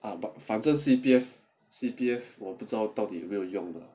ah 反正 C_P_F C_P_F 我不知道到底有没有用 ah